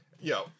Yo